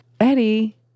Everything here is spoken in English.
Eddie